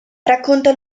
racconta